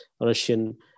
Russian